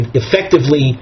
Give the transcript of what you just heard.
effectively